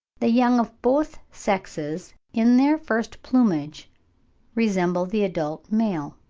the young of both sexes in their first plumage resemble the adult male.